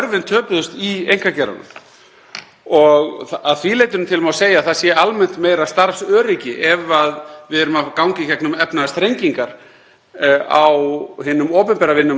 á hinum opinbera vinnumarkaði en á almenna vinnumarkaðnum. Það mætti tína fleira til sem varðar lög um réttindi og skyldur